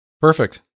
Perfect